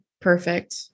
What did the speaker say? Perfect